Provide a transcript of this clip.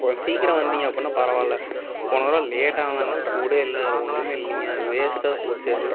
கொஞ்சம் சீக்கிரம் வந்தீங்க அப்படின்னா பரவாயில்ல போன தடவ லேட்டாக ஆனதுனால அது சூடே இல்லை அதில் ஒன்றுமே இல்லைங்க அது வேஸ்ட்டாக போச்சு அது